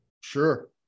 sure